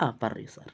ആ പറയൂ സാർ